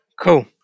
Cool